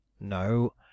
No